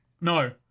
No